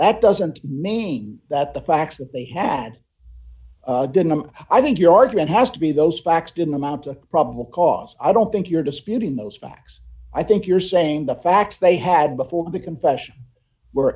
that doesn't mean that the facts that they had didn't i'm i think your argument has to be those facts didn't amount to probable cause i don't think you're disputing those facts i think you're saying the facts they had before become fashion